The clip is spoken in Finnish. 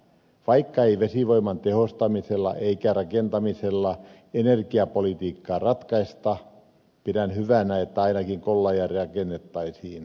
vaikka ei vesivoiman tehostamisella eikä rakentamisella energiapolitiikkaa ratkaista pidän hyvänä että ainakin kollaja rakennettaisiin